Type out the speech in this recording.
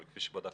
אבל כפי שבדקתי,